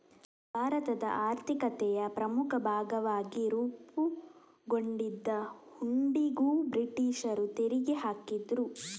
ಭಾರತದ ಆರ್ಥಿಕತೆಯ ಪ್ರಮುಖ ಭಾಗವಾಗಿ ರೂಪುಗೊಂಡಿದ್ದ ಹುಂಡಿಗೂ ಬ್ರಿಟೀಷರು ತೆರಿಗೆ ಹಾಕಿದ್ರು